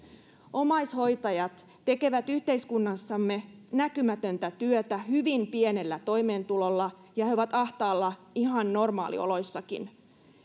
omaishoitajat tekevät yhteiskunnassamme näkymätöntä työtä hyvin pienellä toimeentulolla ja he ovat ahtaalla ihan normaalioloissakin